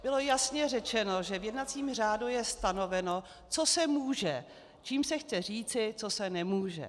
Bylo jasně řečeno, že v jednacím řádu je stanoveno, co se může, čímž se chce říci, co se nemůže.